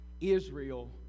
Israel